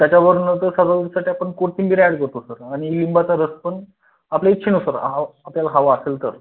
त्याच्यावर नंंतर सजावटीसाठी आपण कोथिंबीर ॲड करतो सर आणि लिंबाचा रसपण आपल्या इच्छेनुसार हा आपल्याला हवा असेल तर